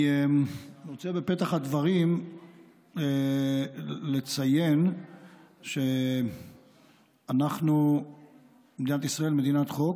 אני רוצה לציין בפתח הדברים שמדינת ישראל היא מדינת חוק.